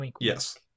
yes